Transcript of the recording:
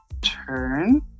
turn